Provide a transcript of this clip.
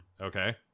Okay